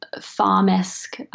farm-esque